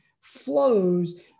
flows